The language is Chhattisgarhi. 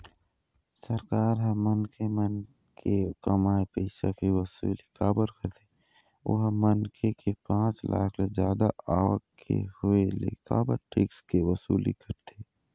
सरकार ह मनखे मन के कमाए पइसा के वसूली काबर कारथे ओहा मनखे के पाँच लाख ले जादा आवक के होय ले काबर टेक्स के वसूली करथे?